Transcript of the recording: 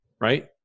right